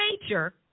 nature